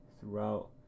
throughout